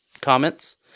comments